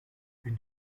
une